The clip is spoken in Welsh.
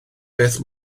beth